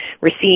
receive